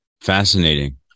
Fascinating